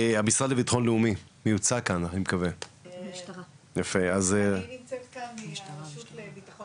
המשרד לביטחון לאומי- אני נמצאת כאן מהרשות לביטחון